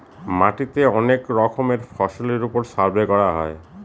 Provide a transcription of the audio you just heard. মাটিতে অনেক রকমের ফসলের ওপর সার্ভে করা হয়